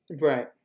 right